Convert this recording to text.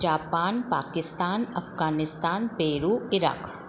Japan Pakistan Afghanistan Peru Iraq